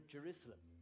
Jerusalem